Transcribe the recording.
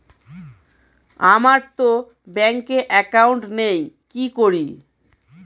আমারতো ব্যাংকে একাউন্ট নেই কি করি?